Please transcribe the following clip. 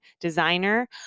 designer